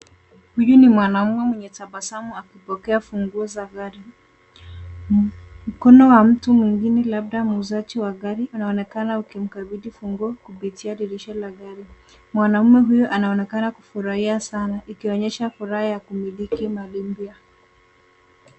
Huyu ni mwanaume mwenye tabasamu akipokea funguo za gari. Mkono wa mtu mwingine labda muuzaji wa gari unaonekana ukimkabidhi funguo kupitia dirisha la gari. Mwanaume huyu anaonekana kufurahia sana ikionyesha furaha ya kumiliki mali mpya.